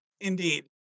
Indeed